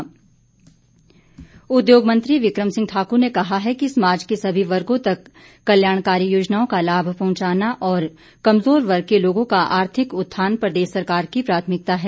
बिक्रम ठाकुर उद्योग मंत्री बिक्रम सिंह ठाकुर ने कहा है कि समाज के सभी वर्गों तक कल्याणकारी योजनाओं का लाभ पहुंचाना और कमजोर वर्ग के लोगों का आर्थिक उत्थान प्रदेश सरकार की प्राथमिकता है